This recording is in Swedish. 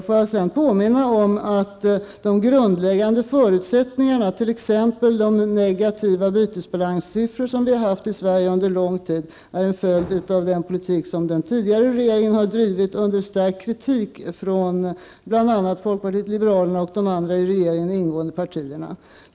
Får jag sedan påminna om att de grundläggande förutsättningarna, t.ex. de negativa bytesbalanssiffror som Sverige har haft under lång tid, är en följd av den politik som den tidigare regeringen har drivit, under stark kritik från bl.a. folkpartiet liberalerna och de andra i regeringen ingående partierna.